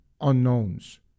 unknowns